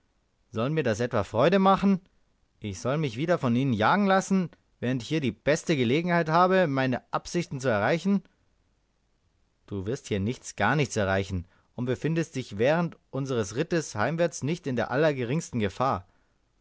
soll mir das etwa freude machen ich soll mich wieder von ihnen jagen lassen während ich hier die beste gelegenheit habe meine absichten zu erreichen du wirst hier nichts gar nichts erreichen und befindest dich während unseres rittes heimwärts nicht in der allergeringsten gefahr